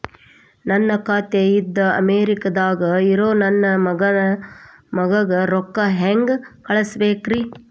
ನನ್ನ ಖಾತೆ ಇಂದ ಅಮೇರಿಕಾದಾಗ್ ಇರೋ ನನ್ನ ಮಗಗ ರೊಕ್ಕ ಹೆಂಗ್ ಕಳಸಬೇಕ್ರಿ?